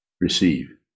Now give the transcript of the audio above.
receive